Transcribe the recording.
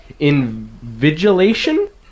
invigilation